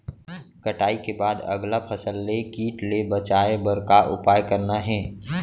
कटाई के बाद अगला फसल ले किट ले बचाए बर का उपाय करना हे?